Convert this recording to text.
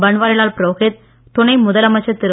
பன்வாரிலால் புரோகித் துணை முதலமைச்சர் திரு